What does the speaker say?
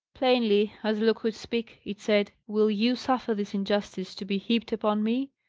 plainly as look could speak, it said, will you suffer this injustice to be heaped upon me?